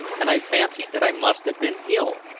and i fancied that i must have been ill.